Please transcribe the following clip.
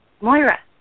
Moira